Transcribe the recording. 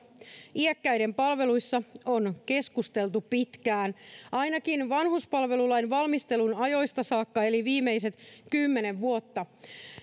iäkkäiden palveluissa on keskusteltu pitkään ainakin vanhuspalvelulain valmistelun ajoista saakka eli viimeiset kymmenen vuotta